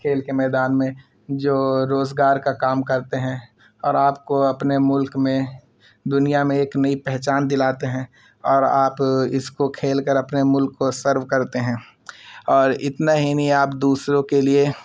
کھیل کے میدان میں جو روزگار کا کام کرتے ہیں اور آپ کو اپنے ملک میں دنیا میں ایک نئی پہچان دلاتے ہیں اور آپ اس کو کھیل کر اپنے ملک کو سرو کرتے ہیں اور اتنا ہی نہیں آپ دوسروں کے لیے